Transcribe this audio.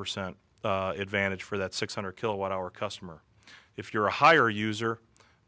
percent advantage for that six hundred kilowatt hour customer if you're a higher user